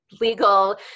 legal